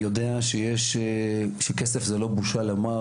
אני יודע שכסף זה לא בושה לומר,